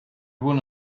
one